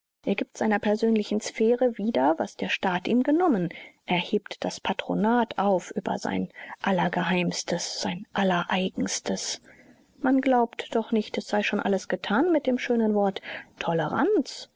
er gibt seiner persönlichen sphäre wieder was der staat ihm genommen er hebt das patronat auf über sein allergeheimstes sein allereigenstes man glaube doch nicht es sei schon alles getan mit dem schönen wort toleranz